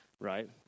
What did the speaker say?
right